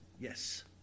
Yes